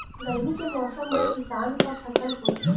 गरमी के मौसम मा किसान का फसल बोथे?